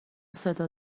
صدا